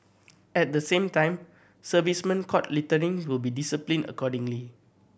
at the same time servicemen caught littering will be disciplined accordingly